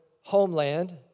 homeland